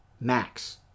max